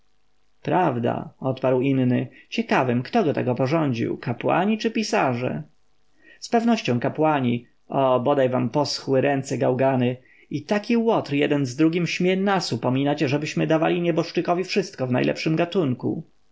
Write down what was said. prawda odparł inny ciekawym kto go tak oporządził kapłani czy pisarze z pewnością kapłani o bodaj wam poschły ręce gałgany i taki łotr jeden z drugim śmie nas upominać ażebyśmy dawali nieboszczykowi wszystko w najlepszym gatunku